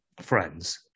friends